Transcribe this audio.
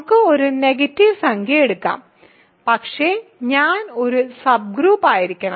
നമുക്ക് ഒരു നെഗറ്റീവ് സംഖ്യ എടുക്കാം പക്ഷേ ഞാൻ ഒരു സബ്ഗ്രൂപ്പ് ആയിരിക്കണം